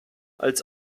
als